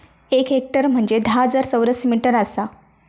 एक हेक्टर म्हंजे धा हजार चौरस मीटर आसा